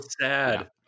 sad